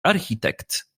architekt